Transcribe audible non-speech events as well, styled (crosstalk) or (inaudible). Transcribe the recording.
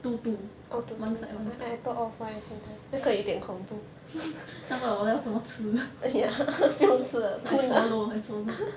two two one side one side (laughs) 那个我要怎么吃 I swallow I swallow